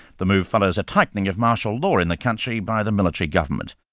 the move follows a tightening of martial law in the country by the military government.